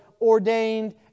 ordained